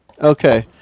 Okay